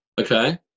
Okay